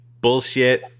bullshit